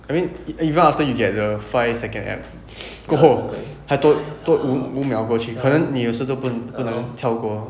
I mean even~ even after you get the five seconds ads 过后还多五五秒过去可能你也是都不能跳过